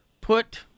Put